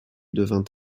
devint